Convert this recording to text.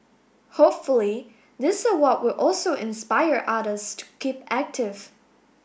hopefully this award will also inspire others to keep active